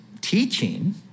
teaching